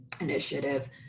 initiative